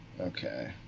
okay